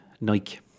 Nike